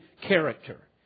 character